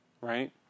right